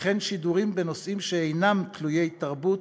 וכן שידורים בנושאים שאינם תלויי תרבות,